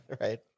Right